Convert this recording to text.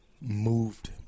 moved